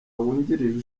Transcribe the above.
wungirije